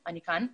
עליתי.